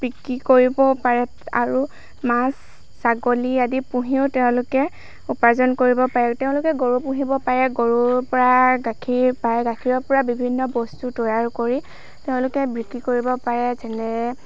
বিক্ৰী কৰিব পাৰে আৰু মাছ ছাগলী আদি পুহিও তেওঁলোকে উপাৰ্জন কৰিব পাৰে তেওঁলোকে গৰু পুহিব পাৰে গৰুৰ পৰা গাখীৰ পায় গাখীৰৰ বিভিন্ন বস্তু তৈয়াৰ কৰি তেওঁলোকে বিক্ৰী কৰিব পাৰে যেনে